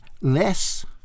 less